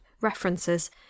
references